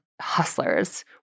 hustlers